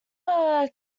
were